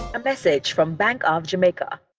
a message from bank of jamaica